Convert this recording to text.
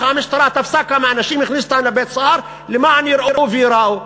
המשטרה תפסה כמה אנשים והכניסה אותם לבית-הסוהר למען יראו וייראו.